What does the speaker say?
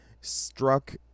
struck